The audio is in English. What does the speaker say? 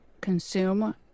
consume